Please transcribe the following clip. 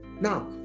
Now